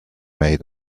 made